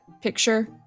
picture